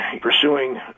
pursuing